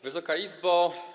Wysoka Izbo!